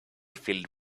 filled